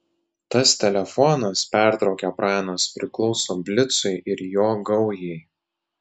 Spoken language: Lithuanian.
tas telefonas pertraukė pranas priklauso blicui ir jo gaujai